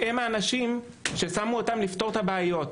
הם האנשים ששמו אותם לפתור את הבעיות.